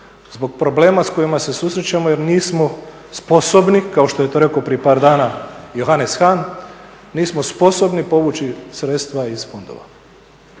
zbog problema s kojima se susrećemo jer nismo sposobni kao što je to rekao prije par dana Johanes Han, nismo sposobni povući sredstva iz fondova,